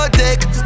take